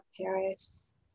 Paris